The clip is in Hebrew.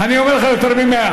אני אומר לך, יותר מ-100.